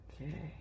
Okay